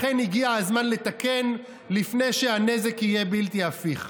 לכן, הגיע הזמן לתקן לפני שהנזק יהיה בלתי הפיך.